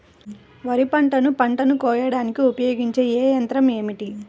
వరిపంటను పంటను కోయడానికి ఉపయోగించే ఏ యంత్రం ఏమిటి?